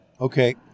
Okay